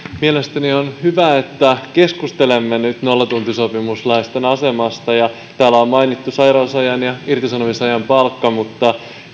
mielestäni on hyvä että keskustelemme nyt nollatuntisopimuslaisten asemasta täällä on mainittu sairausajan ja irtisanomisajan palkka mutta